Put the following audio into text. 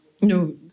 no